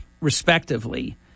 respectively